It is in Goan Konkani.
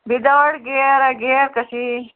विदावट गियर आं गियर कशी